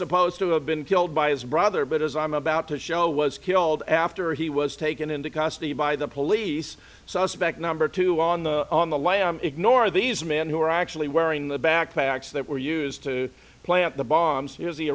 supposed to have been killed by his brother but as i'm about to show was killed after he was taken into custody by the police suspect number two on the on the lam ignore these men who were actually wearing the backpacks that were used to plant the bombs he was the